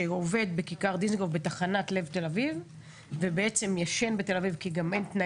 שעובד בכיכר דיזינגוף בתחנת לב תל אביב וישן בתל אביב,